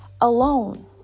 alone